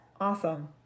awesome